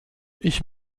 ich